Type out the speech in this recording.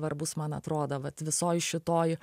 svarbus man atrodo vat visoj šitoj